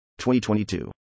2022